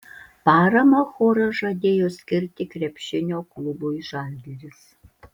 paramą choras žadėjo skirti krepšinio klubui žalgiris